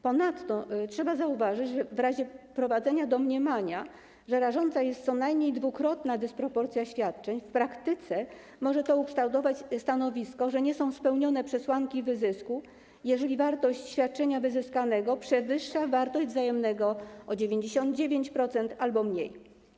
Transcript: Ponadto trzeba zauważyć, że wprowadzenie domniemania, że rażąca jest co najmniej dwukrotna dysproporcja świadczeń, w praktyce może ukształtować stanowisko, że nie są spełnione przesłanki wyzysku, jeżeli wartość świadczenia wyzyskanego przewyższa wartość świadczenia wzajemnego o 99% albo mniej.